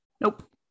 Nope